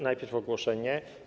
Najpierw ogłoszenie.